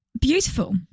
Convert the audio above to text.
beautiful